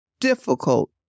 difficult